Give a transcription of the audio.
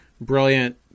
brilliant